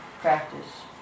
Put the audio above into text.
practice